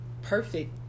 Perfect